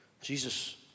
Jesus